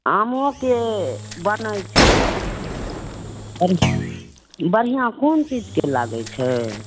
आमोके बनै छै आबै छी बढ़िआँ कोन चीजके लागै छै